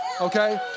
okay